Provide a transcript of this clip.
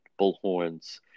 bullhorns